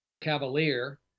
Cavalier